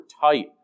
tight